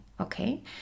okay